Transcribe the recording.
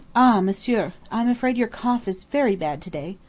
monsieur, i am afraid your cough is very bad to-day.